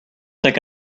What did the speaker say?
think